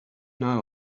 not